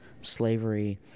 slavery